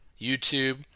YouTube